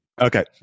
Okay